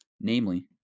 namely